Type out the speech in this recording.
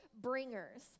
bringers